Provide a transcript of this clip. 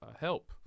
help